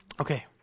Okay